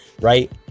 Right